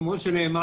כמו שנאמר,